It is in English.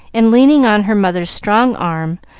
and, leaning on her mother's strong arm,